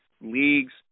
leagues